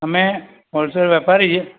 અમે હોલસેલ વેપારી છીએ